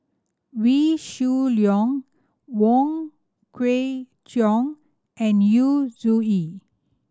Wee Shoo Leong Wong Kwei Cheong and Yu Zhuye